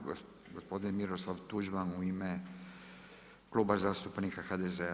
Gospodin Miroslav Tuđman u ime Kluba zastupnika HDZ-a.